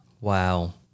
Wow